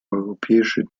europäische